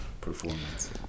performance